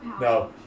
No